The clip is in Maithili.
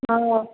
हँ